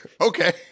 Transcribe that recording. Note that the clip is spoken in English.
okay